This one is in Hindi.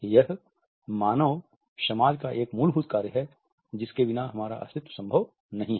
यह मानव समाज का एक मूलभूत कार्य है जिसके बिना हमारा अस्तित्व संभव नहीं है